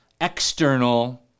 external